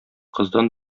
кыздан